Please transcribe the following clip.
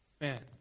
Man